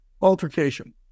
altercation